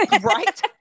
right